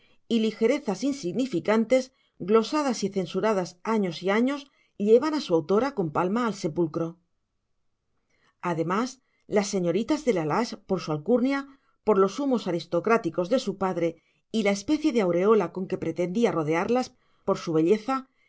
y ligerezas insignificantes glosadas y censuradas años y años llevan a su autora con palma al sepulcro además las señoritas de la lage por su alcurnia por los humos aristocráticos de su padre y la especie de aureola con que pretendía rodearlas por su belleza